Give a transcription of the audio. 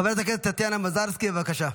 חברת הכנסת טטיאנה מזרסקי, בבקשה,